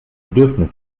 bedürfnis